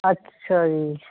ਅੱਛਾ ਜੀ